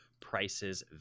Prices